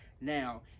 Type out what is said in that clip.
now